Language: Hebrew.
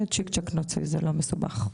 צ'יק צ'ק נוציא זה לא מסובך,